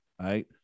right